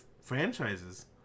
franchises